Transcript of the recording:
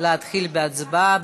להתחיל בהצבעה.